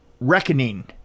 reckoning